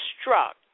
struck